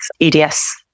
EDS